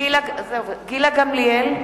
גילה גמליאל,